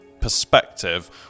perspective